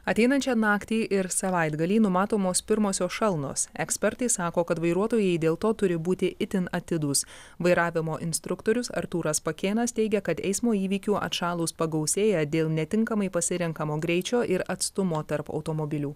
ateinančią naktį ir savaitgalį numatomos pirmosios šalnos ekspertai sako kad vairuotojai dėl to turi būti itin atidūs vairavimo instruktorius artūras pakėnas teigia kad eismo įvykių atšalus pagausėja dėl netinkamai pasirenkamo greičio ir atstumo tarp automobilių